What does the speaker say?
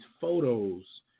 photos